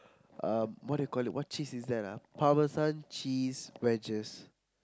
um what do you call that what cheese is that ah parmesan cheese wedges